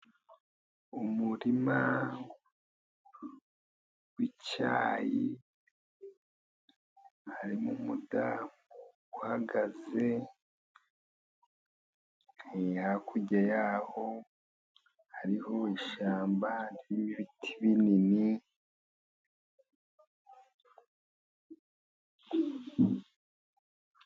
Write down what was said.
Umurima w'icyayi harimo umudamu uhagaze. Hakurya y'aho hariho ishyamba ry'ibiti binini.